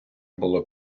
було